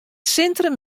sintrum